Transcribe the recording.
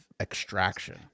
Extraction